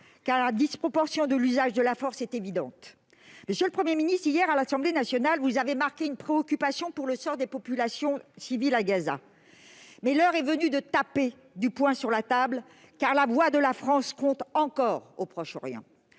car la disproportion de l'usage de la force est évidente. Monsieur le Premier ministre, hier, à l'Assemblée nationale, vous avez exprimé une préoccupation pour le sort des populations civiles à Gaza, mais l'heure est venue de taper du poing sur la table, car la voix de la France compte encore au Proche-Orient.